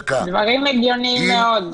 דברים הגיוניים מאוד.